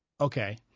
Okay